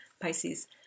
Pisces